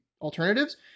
alternatives